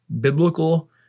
Biblical